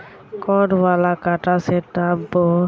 कौन वाला कटा से नाप बो?